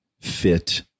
fit